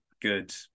good